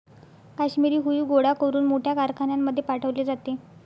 काश्मिरी हुई गोळा करून मोठ्या कारखान्यांमध्ये पाठवले जाते